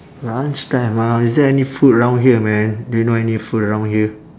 lunch time ah is there any food around here man do you know any food around here